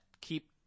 keep